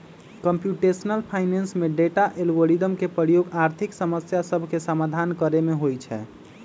computational finance में data, algorithm के प्रयोग आर्थिक समस्या सभके समाधान करे में होइ छै